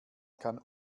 kann